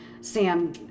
sam